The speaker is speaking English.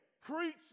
preach